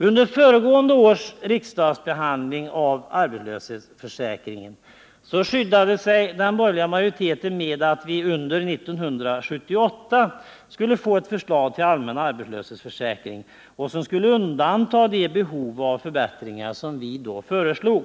Under föregående års riksdagsbehandling av frågan om arbetslöshetsförsäkring skyddade sig den borgerliga majoriteten med att vi under 1978 skulle få ett förslag till allmän arbetslöshetsförsäkring, som skulle tillgodose de behov av förbättringar som vi då föreslog.